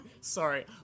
Sorry